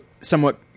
somewhat